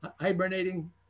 hibernating